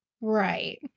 Right